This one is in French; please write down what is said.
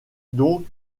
donc